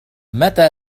متى